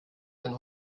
denn